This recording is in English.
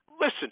Listen